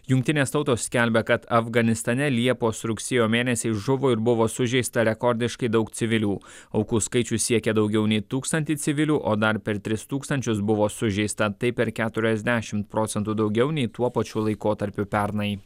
jungtinės tautos skelbia kad afganistane liepos rugsėjo mėnesiais žuvo ir buvo sužeista rekordiškai daug civilių aukų skaičius siekia daugiau nei tūkstantį civilių o dar per tris tūkstančius buvo sužeista tai per keturiasdešimt procentų daugiau nei tuo pačiu laikotarpiu pernai